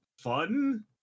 fun